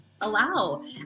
allow